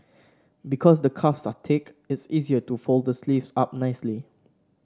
because the cuffs are thick it's easier to fold the sleeves up neatly